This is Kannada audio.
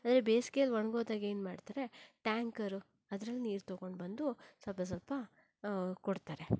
ಅಂದರೆ ಬೇಸಿಗೆಯಲ್ಲಿ ಒಣ್ಗೋದಾಗ ಏನು ಮಾಡ್ತಾರೆ ಟ್ಯಾಂಕರು ಅದರಲ್ಲಿ ನೀರು ತೊಗೊಂಡು ಬಂದು ಸ್ವಲ್ಪ ಸ್ವಲ್ಪ ಕೊಡ್ತಾರೆ